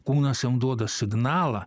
kūnas jam duoda signalą